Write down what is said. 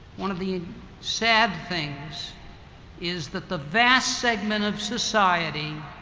one of the sad things is that the vast segment of society